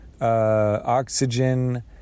oxygen